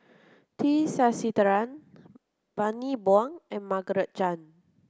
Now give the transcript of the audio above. T Sasitharan Bani Buang and Margaret Chan